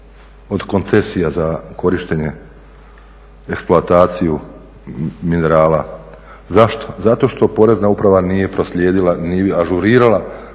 od koncesija za korištenje, eksploataciju minerala. Zašto? Zato što Porezna uprava nije